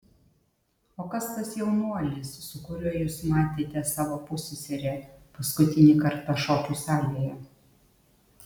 o kas tas jaunuolis su kuriuo jūs matėte savo pusseserę paskutinį kartą šokių salėje